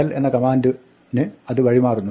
del എന്ന കമാന്റിന് അത് വഴി മാറുന്നു